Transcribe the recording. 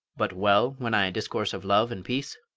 but well when i discourse of love and peace?